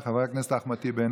חבר הכנסת אחמד טיבי,